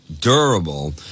Durable